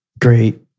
Great